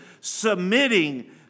submitting